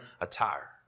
attire